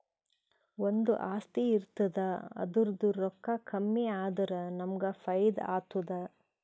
ಒಂದು ಆಸ್ತಿ ಇರ್ತುದ್ ಅದುರ್ದೂ ರೊಕ್ಕಾ ಕಮ್ಮಿ ಆದುರ ನಮ್ಮೂಗ್ ಫೈದಾ ಆತ್ತುದ